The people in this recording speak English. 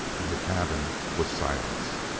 in the cabin was silence.